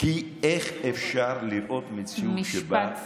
כי איך אפשר לראות מציאות שבה, משפט סיכום.